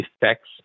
effects